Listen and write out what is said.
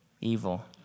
evil